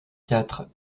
quatre